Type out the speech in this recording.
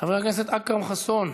חבר הכנסת אכרם חסון,